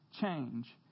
change